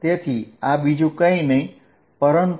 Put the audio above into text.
તો આ aρcosθ